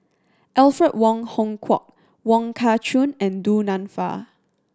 Alfred Wong Hong Kwok Wong Kah Chun and Du Nanfa